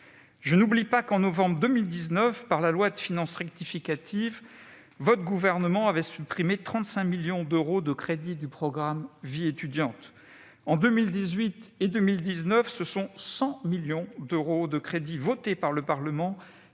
de la faim. En 2019, par la loi de finances rectificative, votre gouvernement avait supprimé 35 millions d'euros de crédits du programme « Vie étudiante ». En 2018 et 2019, ce sont 100 millions d'euros de crédits votés par le Parlement